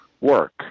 work